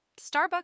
Starbucks